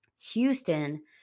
Houston